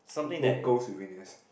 local souvenirs